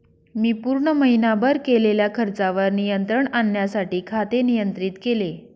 मी पूर्ण महीनाभर केलेल्या खर्चावर नियंत्रण आणण्यासाठी खाते नियंत्रित केले